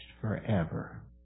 forever